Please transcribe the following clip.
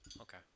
Okay